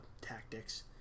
tactics